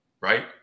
right